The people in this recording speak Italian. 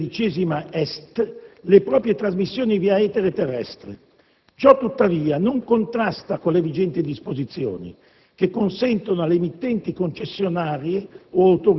13° est) le proprie trasmissioni via etere terrestre; ciò tuttavia non contrasta con le vigenti disposizioni, che consentono alle emittenti concessionarie